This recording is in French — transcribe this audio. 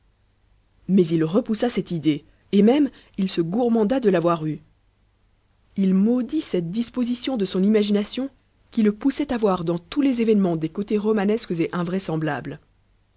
mais il repoussa cette idée et même il se gourmanda de l'avoir eue il maudit cette disposition de son imagination qui le poussait à voir dans tous les événements des côtés romanesques et invraisemblables